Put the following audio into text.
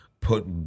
put